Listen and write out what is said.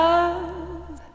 Love